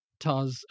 Taz